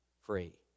free